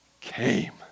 Came